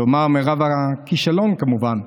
כלומר מרב הכישלון, כמובן.